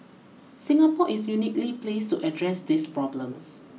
Singapore is uniquely placed to address these problems